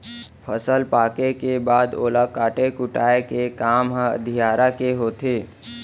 फसल पके के बाद ओला काटे कुटाय के काम ह अधियारा के होथे